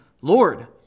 Lord